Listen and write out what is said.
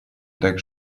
так